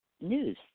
news